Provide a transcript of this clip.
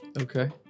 okay